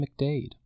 McDade